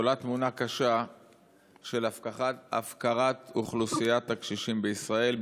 עולה תמונה קשה של הפקרת אוכלוסיית הקשישים בישראל,